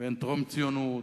ואין טרום-ציונות.